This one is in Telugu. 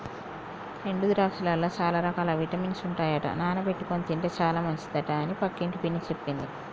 ఎండు ద్రాక్షలల్ల చాల రకాల విటమిన్స్ ఉంటాయట నానబెట్టుకొని తింటే చాల మంచిదట అని పక్కింటి పిన్ని చెప్పింది